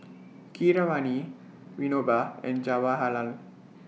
Keeravani Vinoba and Jawaharlal